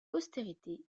postérité